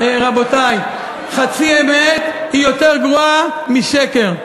רבותי: חצי אמת היא יותר גרועה משקר.